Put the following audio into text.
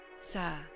Sir